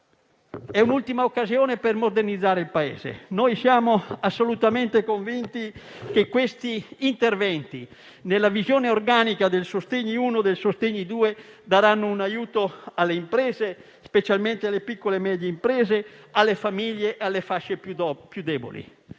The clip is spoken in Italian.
È l'ultima occasione per modernizzare il Paese. Siamo assolutamente convinti che questi interventi, nella visione organica dei decreti sostegni e sostegni *bis,* daranno un aiuto alle imprese (specialmente a quelle piccole e medie), alle famiglie e alle fasce più deboli.